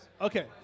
Okay